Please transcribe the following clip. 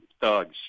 thugs